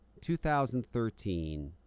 2013